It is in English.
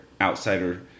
outsider